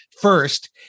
First